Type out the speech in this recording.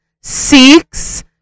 six